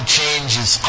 changes